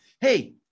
Hey